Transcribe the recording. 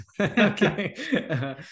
Okay